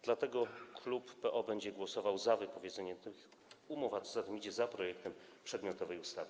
Dlatego klub PO będzie głosował za wypowiedzeniem tych umów, a co za tym idzie, za projektem przedmiotowej ustawy.